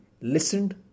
listened